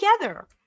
together